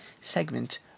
segment